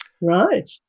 Right